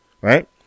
Right